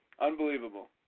Unbelievable